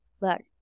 look